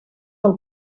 del